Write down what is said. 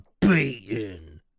beaten